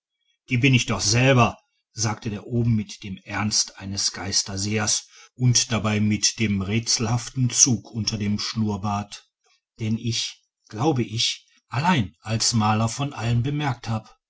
die bin ich doch selber sagt der oben mit dem ernst eines geistersehers und dabei mit dem rätselhaften zug unter dem schnurrbart den ich glaub ich allein als maler von allen bemerkt hab